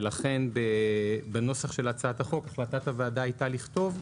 ולכן בנוסח של הצעת החוק החלטת הוועדה הייתה לכתוב,